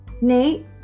Nate